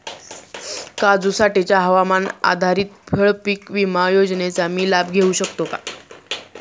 काजूसाठीच्या हवामान आधारित फळपीक विमा योजनेचा मी लाभ घेऊ शकतो का?